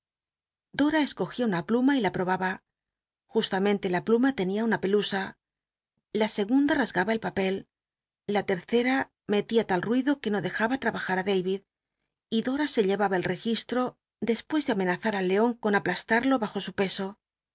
dora escogía una pluma y la probaba justamente la pluma tenia una pelusa la segunda rasgaba el papel la terceta melia tal tuido que uo dejaba trabajar ü david y dora se llevaba el registro despues de amenazar al leon con aplastarlo bajo su peso